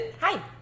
Hi